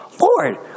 Lord